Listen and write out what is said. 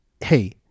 hey